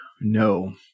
No